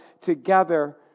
together